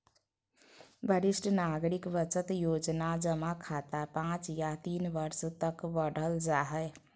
वरिष्ठ नागरिक बचत योजना जमा खाता पांच या तीन वर्ष तक बढ़ल जा हइ